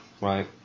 Right